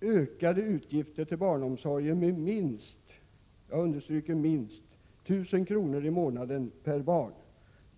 ökade avgifter till barnomsorgen med minst 1 000 kr. i månaden per barn.